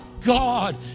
God